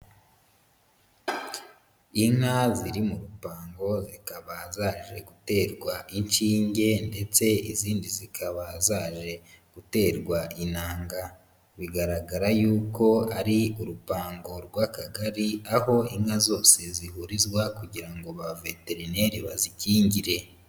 Inka ziri mu rupango zikaba zaje guterwa inshinge ndetse izindi zikaba zaje guterwa intanga. Bigaragara yuko ari urupango rw'akagari, aho inka zose zihurizwa kugira ngo ba veterineri bazikingire.